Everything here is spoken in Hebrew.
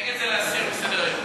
נגד זה להסיר מסדר-היום.